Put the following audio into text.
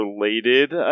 related